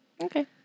Okay